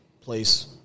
place